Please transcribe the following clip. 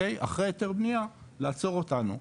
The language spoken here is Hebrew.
אחרי היתר בנייה לעצור אותנו,